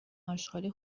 آشغالی